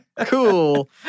cool